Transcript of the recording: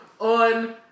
on